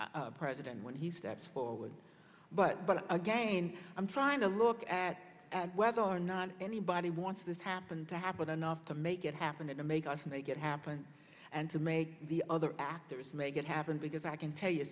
amtrak president when he steps forward but but again i'm trying to look at whether or not anybody wants this happen to have with enough to make it happen and to make us make it happen and to make the other actors make it happen because i can tell you